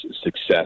success